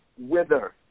wither